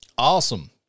Awesome